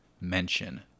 mention